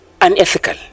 unethical